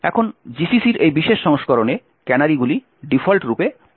এখন GCC এর এই বিশেষ সংস্করণে ক্যানারিগুলি ডিফল্ট রূপে প্রবিষ্ট হয়